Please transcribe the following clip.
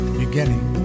beginning